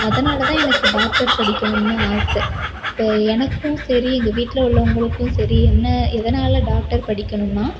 அதனால் தான் எனக்கு டாக்டர் படிக்கணும்னு ஆசை இப்போ எனக்கும் சரி எங்கள் வீட்டில் உள்ளவங்களுக்கும் சரி என்ன எதனால் டாக்டர் படிக்கணும்னா